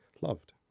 loved